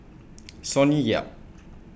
Sonny Yap